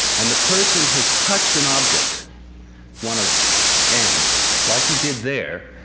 and the person has touched an object one of n like he did there,